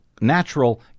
natural